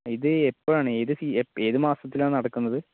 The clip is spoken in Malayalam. ഇതു എപ്പോഴാണ് ഏതു ഏതു മാസത്തിലാണ് നടക്കുന്നത്